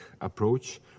approach